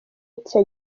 gutya